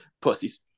pussies